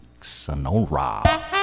Sonora